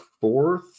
fourth